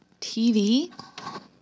TV